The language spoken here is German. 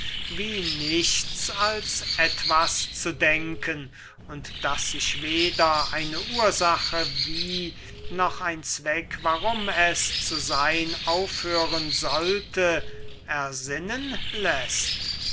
wie nichts als etwas zu denken und daß sich weder eine ursache wie noch ein zweck warum es zu seyn aufhören sollte ersinnen läßt